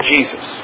Jesus